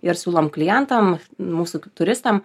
ir siūlom klientam mūsų turistam